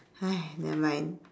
never mind